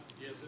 Yes